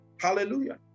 Hallelujah